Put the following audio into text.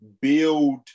build